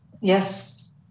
Yes